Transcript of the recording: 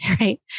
right